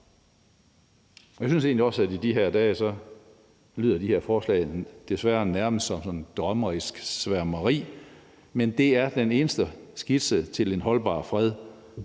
Jeg synes egentlig også, at i de her dage lyder de her forslag desværre nærmest som drømmerisk sværmeri. Men det er den eneste skitse til en holdbar fred,